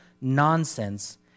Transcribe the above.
nonsense